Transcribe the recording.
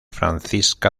francisca